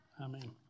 Amen